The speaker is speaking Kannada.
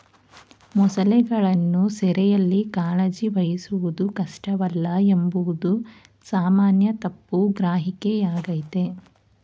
ಮೊಸಳೆಗಳನ್ನು ಸೆರೆಯಲ್ಲಿ ಕಾಳಜಿ ವಹಿಸುವುದು ಕಷ್ಟವಲ್ಲ ಎಂಬುದು ಸಾಮಾನ್ಯ ತಪ್ಪು ಗ್ರಹಿಕೆಯಾಗಯ್ತೆ